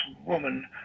woman